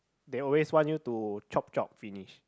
they always want you to chop chop finish